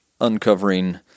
uncovering